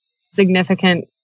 significant